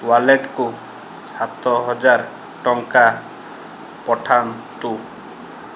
ୱାଲେଟ୍କୁ ସାତ ହଜାର ଟଙ୍କା ପଠାନ୍ତୁ